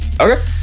Okay